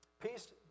Peace